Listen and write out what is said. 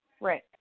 Right